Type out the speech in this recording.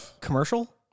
commercial